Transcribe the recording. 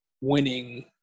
winning